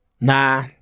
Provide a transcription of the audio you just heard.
nah